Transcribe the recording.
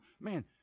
man